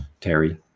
Terry